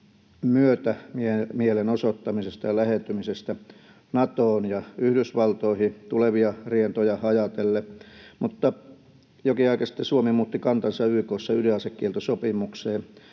myötämielenosoittamisesta ja lähentymisestä Natoon ja Yhdysvaltoihin tulevia rientoja ajatellen. Jokin aika sitten Suomi muutti YK:ssa kantansa ydinasekieltosopimukseen.